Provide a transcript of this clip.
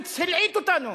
שטייניץ הלעיט אותנו